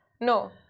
No